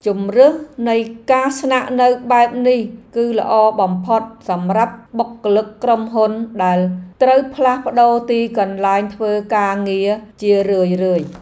ជម្រើសនៃការស្នាក់នៅបែបនេះគឺល្អបំផុតសម្រាប់បុគ្គលិកក្រុមហ៊ុនដែលត្រូវផ្លាស់ប្ដូរទីកន្លែងធ្វើការងារជារឿយៗ។